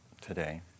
today